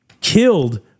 killed